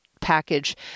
package